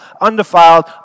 undefiled